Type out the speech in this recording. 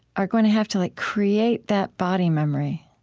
are going to have to like create that body memory,